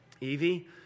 Evie